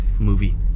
movie